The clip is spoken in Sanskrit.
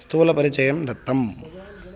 स्थूलपरिचयं दत्तम्